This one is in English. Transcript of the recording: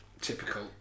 typical